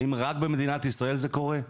האם רק במדינת ישראל זה קורה?